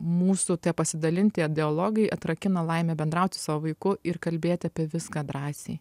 mūsų tie pasidalinti tie dialogai atrakino laimę bendraut su vaiku ir kalbėti apie viską drąsiai